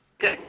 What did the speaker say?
Good